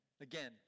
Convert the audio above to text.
Again